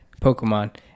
Pokemon